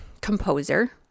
composer